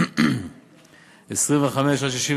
25 64,